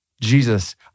Jesus